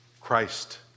Christ